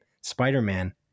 Spider-Man